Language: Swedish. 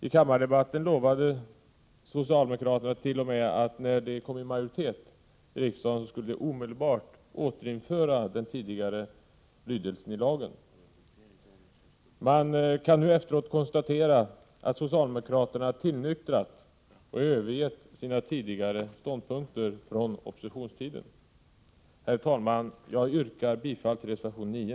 I kammardebatten lovade socialdemokraterna t.o.m. att de när de kom i majoritet i riksdagen omedelbart skulle återinföra den tidigare lydelsen i lagen. Man kan nu efteråt konstatera att socialdemokraterna tillnyktrat och övergett sina tidigare ståndpunkter från oppositionstiden. Herr talman! Jag yrkar bifall till reservation 9.